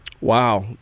Wow